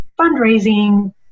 fundraising